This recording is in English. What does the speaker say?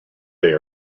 they